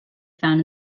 found